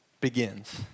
begins